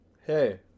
Hey